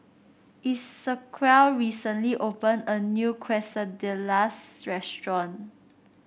Esequiel recently opened a new Quesadillas restaurant